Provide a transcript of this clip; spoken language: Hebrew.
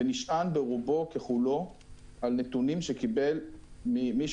ונשען ברובו ככולו על נתונים שקיבל ממי